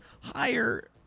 higher